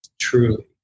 truly